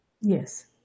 Yes